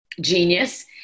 genius